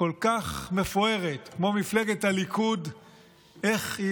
כל כך מפוארת כמו מפלגת הליכוד הולכת